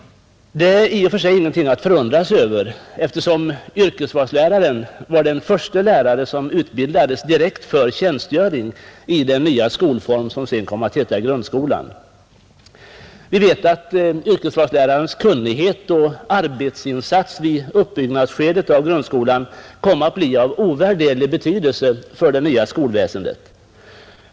Det är i och för sig ingenting att förundra sig över, eftersom yrkesvalsläraren var den förste lärare som utbildades direkt för tjänstgöring i den nya skolform som sedan kom att heta grundskolan, Vi vet att yrkesvalslärarnas kunnighet och arbetsinsats vid uppbyggnadsskedet av grundskolan kom att bli av ovärderlig betydelse för det nya skolväsendet.